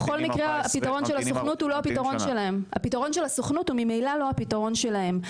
הפתרון של הסוכנות הוא ממילא לא הפתרון שלהם.